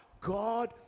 God